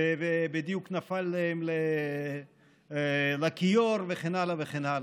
ובדיוק נפל להם לכיור וכן הלאה וכן הלאה?